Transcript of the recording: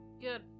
Good